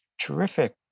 terrific